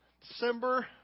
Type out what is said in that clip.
December